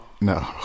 No